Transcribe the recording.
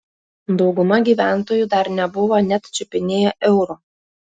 dauguma gyventojų dar nebuvo net čiupinėję euro